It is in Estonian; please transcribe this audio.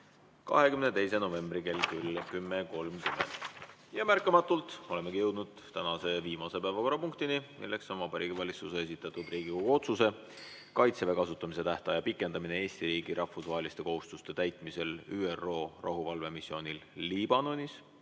22. novembri kell 10.30. Märkamatult olemegi jõudnud tänase viimase päevakorrapunktini, milleks on Vabariigi Valitsuse esitatud Riigikogu otsuse "Kaitseväe kasutamise tähtaja pikendamine Eesti riigi rahvusvaheliste kohustuste täitmisel ÜRO rahuvalvemissioonil Liibanonis"